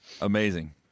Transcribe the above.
Amazing